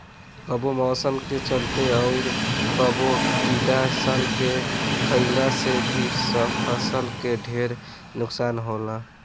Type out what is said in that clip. कबो मौसम के चलते, अउर कबो कीड़ा सन के खईला से भी फसल के ढेरे नुकसान होला